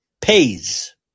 pays